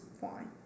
fine